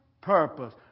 purpose